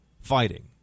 fighting